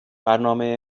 برنامه